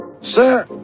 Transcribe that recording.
Sir